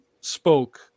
spoke